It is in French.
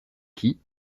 qui